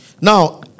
Now